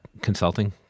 consulting